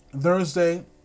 Thursday